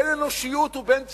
בין אנושיות ובין ציונות.